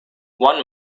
one